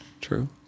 true